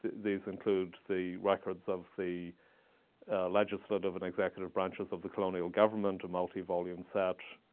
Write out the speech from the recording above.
these include the records of the legislative and executive branches of the colonial government, a multi-volume set,